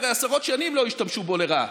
הרי עשרות שנים לא השתמשו בו לרעה,